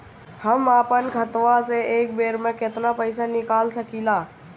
हम आपन खतवा से एक बेर मे केतना पईसा निकाल सकिला?